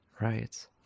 Right